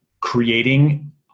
creating